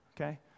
okay